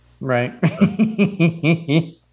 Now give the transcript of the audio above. Right